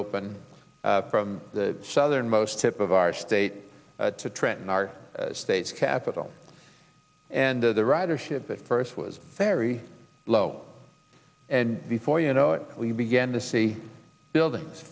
open from the southernmost tip of our state to trenton our state's capital and the ridership at first was very low and before you know it we began to see buildings